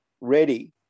ready